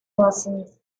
lessons